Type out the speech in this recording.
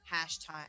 hashtag